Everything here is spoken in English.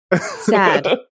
Sad